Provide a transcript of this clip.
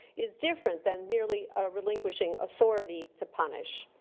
is different than merely ah relinquishing authority to punish.